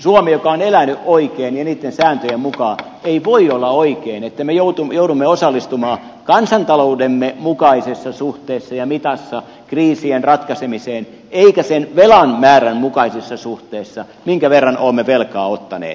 suomi joka on elänyt oikein ja niitten sääntöjen mukaan ei voi olla oikein että me joudumme osallistumaan kansantaloutemme mukaisessa suhteessa ja mitassa kriisien ratkaisemiseen eikä sen velan määrän mukaisessa suhteessa minkä verran olemme velkaa ottaneet